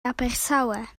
abertawe